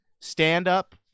stand-up